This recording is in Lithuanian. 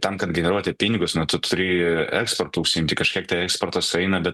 tam kad generuoti pinigus nu tu turi eksportu užsiimti kažkiek tai eksportas eina bet